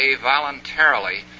voluntarily